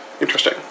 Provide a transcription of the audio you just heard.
Interesting